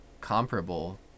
comparable